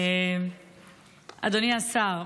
אדוני השר,